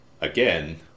Again